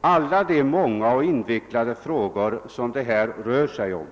alla de många och invecklade frågor som det här rör sig om.